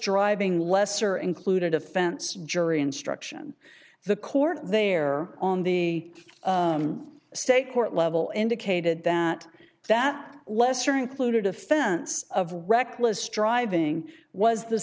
driving lesser included offense jury instruction the court there on the state court level indicated that that lesser included offense of reckless driving was the